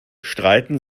streiten